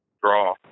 draw